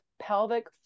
pelvic